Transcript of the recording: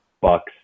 Bucks